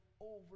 over